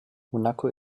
monaco